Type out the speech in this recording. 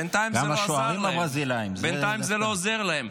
גם השוערים הברזילאים --- בינתיים זה לא עוזר להם,